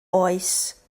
oes